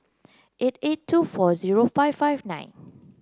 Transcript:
eight eight two four zero five five nine